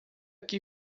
que